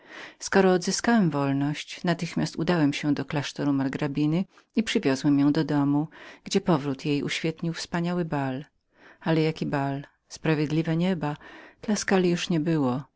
skoro tylko odzyskałem wolność natychmiast udałem się do klasztoru margrabiny i przywiozłem ją do domu gdzie powrót jej uświetnił wspaniały bal ale jaki bal sprawiedliwe nieba tuskuli już nie było